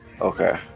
Okay